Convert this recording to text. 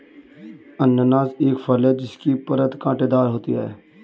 अनन्नास एक फल है जिसकी परत कांटेदार होती है